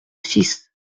six